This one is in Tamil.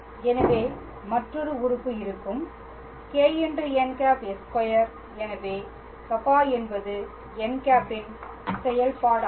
எனவே மற்றொரு உறுப்பு இருக்கும் κn̂s2 எனவே கப்பா என்பது n̂ இன் செயல்பாடாகும்